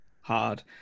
hard